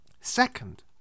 Second